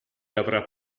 avrà